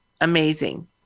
amazing